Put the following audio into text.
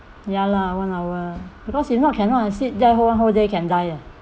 ya lah one hour because if not cannot I sit there whole one whole day can die leh